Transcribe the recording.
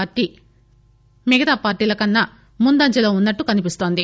party మిగతా పార్టీలకన్సా ముందంజలో వున్నట్లు కనబడుతుంది